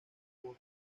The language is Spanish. otros